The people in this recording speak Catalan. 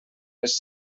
les